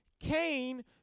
Cain